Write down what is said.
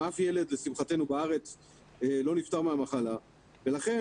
אף ילד בארץ לשמחתנו לא נפטר מהמחלה ולכן